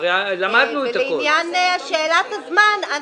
לעניין שאלת הזמן,